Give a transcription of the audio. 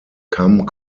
come